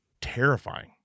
terrifying